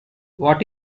what